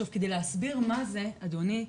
כדי להסביר מה זה, אדוני,